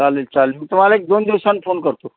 चालेल चालेल मी तुम्हाला एक दोन दिवसात फोन करतो